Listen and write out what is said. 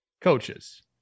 Coaches